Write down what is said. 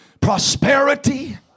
prosperity